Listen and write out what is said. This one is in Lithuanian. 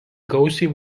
gausiai